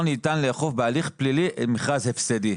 ניתן לאכוף בהליך פלילי מכרז הפסדי.